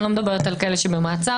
לא מדברת על אלה שבמצר.